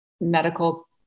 medical